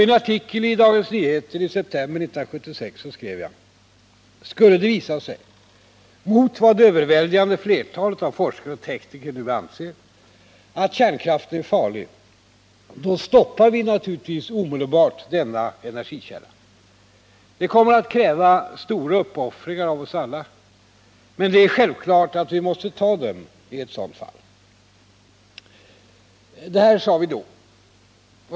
I en artikel i Dagens Nyheter i september 1976 skrev jag: ”Skulle det visa sig — mot vad det överväldigande flertalet av forskare och tekniker nu anser — att kärnkraften är farlig, då stoppar vi naturligtvis omedelbart denna energikälla. Det kommer att krävas stora uppoffringar av oss alla, men det är självklart att vi måste ta dem i sådant fall.” Detta sade vi då.